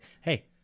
Hey